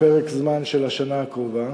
לפרק הזמן של השנה הקרובה.